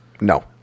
No